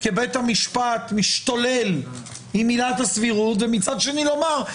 כי ביתה משפט משתולל עם עילת הסבירות ומצד שני לומר,